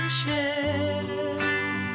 share